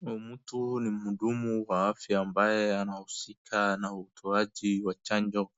Huyu mtu ni mhudumu wa afya ambaye anahusika na utoaji wa chanjo